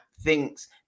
thinks